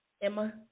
Emma